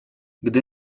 gdy